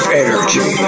energy